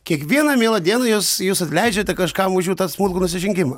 kiekvieną mielą dieną jūs jūs atleidžiate kažkam už jų tą smulkų nusižengimą